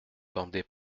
demandait